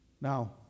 Now